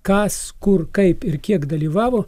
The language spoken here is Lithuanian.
kas kur kaip ir kiek dalyvavo